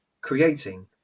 creating